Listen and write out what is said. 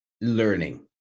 learning